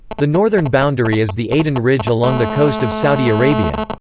the northern boundary is the aden ridge along the coast of saudi arabia.